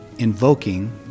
invoking